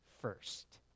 first